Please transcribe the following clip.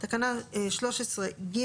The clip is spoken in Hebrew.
תקנה 13(ג),